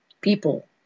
People